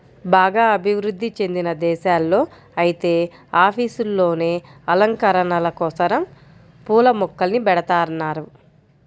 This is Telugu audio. బాగా అభివృధ్ధి చెందిన దేశాల్లో ఐతే ఆఫీసుల్లోనే అలంకరణల కోసరం పూల మొక్కల్ని బెడతన్నారు